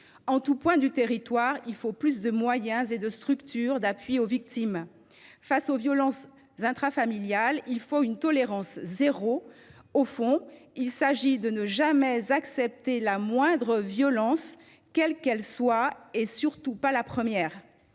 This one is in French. En tout point du territoire, il faut plus de moyens et de structures d’appui aux victimes. Face aux violences intrafamiliales, il faut une tolérance zéro : au fond, il s’agit de ne jamais accepter la moindre violence, quelle qu’elle soit, et surtout pas la première.